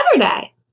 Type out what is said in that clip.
Saturday